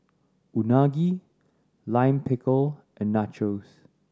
Unagi Lime Pickle and Nachos